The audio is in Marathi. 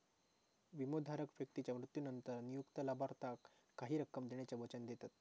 विमोधारक व्यक्तीच्या मृत्यूनंतर नियुक्त लाभार्थाक काही रक्कम देण्याचा वचन देतत